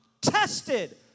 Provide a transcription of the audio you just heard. tested